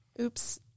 oops